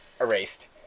erased